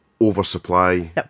Oversupply